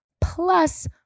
plus